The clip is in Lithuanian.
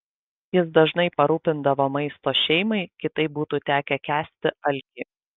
jis dažnai parūpindavo maisto šeimai kitaip būtų tekę kęsti alkį